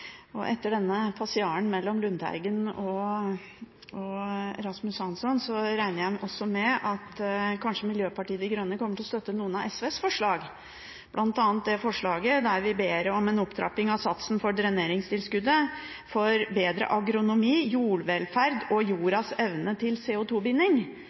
23. Etter denne passiaren mellom representanten Lundteigen og Rasmus Hansson regner jeg også med at Miljøpartiet De Grønne kommer til å støtte noen av SVs forslag, bl.a. det forslaget der vi ber om en opptrapping av satsen for dreneringstilskuddet for å bedre agronomi, jordvelferd og jordas evne til